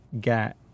get